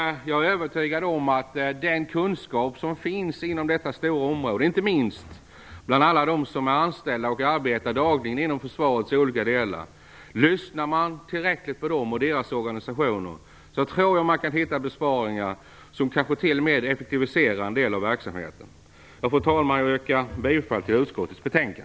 Det finns mycken kunskap inom detta stora område, inte minst bland alla dem som är anställda och arbetar dagligen inom försvarets olika delar, och om man lyssnar tillräckligt på dem och deras organisationer är jag övertygad om att man kan hitta besparingar som kanske t.o.m. effektiviserar en del av verksamheten. Fru talman! Jag yrkar bifall till utskottets hemställan.